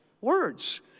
Words